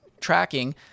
tracking